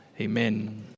Amen